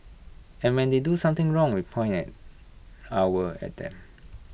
and when they do something wrong we point our at them